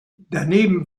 daneben